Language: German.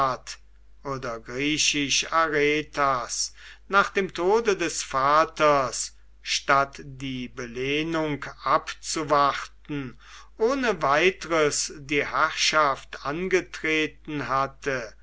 oder griechisch aretas nach dem tode des vaters statt die belehnung abzuwarten ohne weiteres die herrschaft angetreten hatte